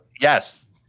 Yes